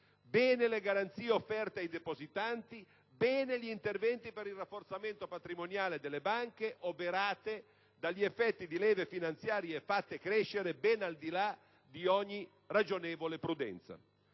bene le garanzie offerte ai depositanti, bene gli interventi per il rafforzamento patrimoniale delle banche, oberate dagli effetti di leve finanziarie fatte crescere ben al di là di ogni ragionevole prudenza.